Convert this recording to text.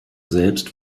selbst